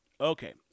Okay